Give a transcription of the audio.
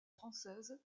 française